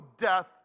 death